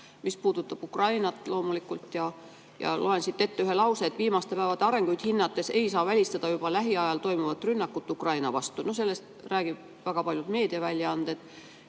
mis puudutab loomulikult Ukrainat. Ja loen siit ette ühe lause: "Viimaste päevade arenguid hinnates ei saa välistada juba lähiajal toimuvat rünnakut Ukraina vastu." No sellest räägivad väga paljud meediaväljaanded